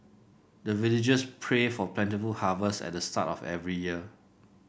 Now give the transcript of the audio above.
the villagers pray for plentiful harvest at the start of every year